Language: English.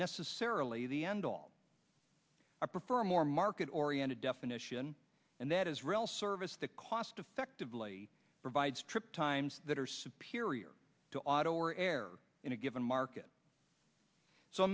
necessarily the end all i prefer a more market oriented definition and that is rail service the cost effectively provides trip times that are superior to auto or air in a given market so